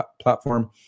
platform